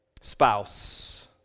Spouse